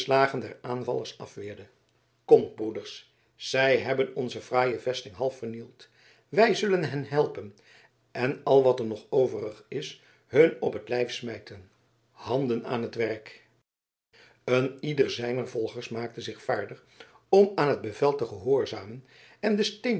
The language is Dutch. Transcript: aanvallers afweerde komt broeders zij hebben onze fraaie vesting half vernield wij zullen hen helpen en al wat er nog overig is hun op het lijf smijten handen aan t werk een ieder zijner volgers maakte zich vaardig om aan het bevel te gehoorzamen en de